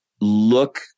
look